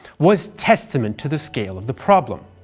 was testament to the scale of the problem,